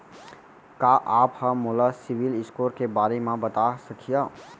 का आप हा मोला सिविल स्कोर के बारे मा बता सकिहा?